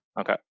Okay